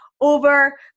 over